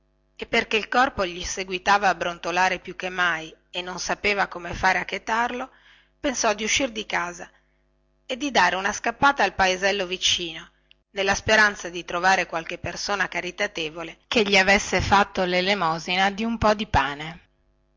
e perché il corpo gli seguitava a brontolare più che mai e non sapeva come fare a chetarlo pensò di uscir di casa e di dare una scappata al paesello vicino nella speranza di trovare qualche persona caritatevole che gli avesse fatto lelemosina di un po di pane